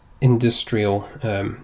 industrial